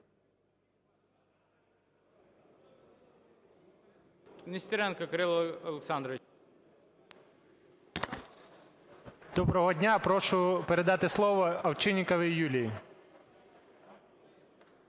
Доброго дня. Прошу передати слово Овчинниковій Юлії